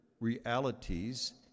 realities